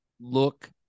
look